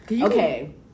Okay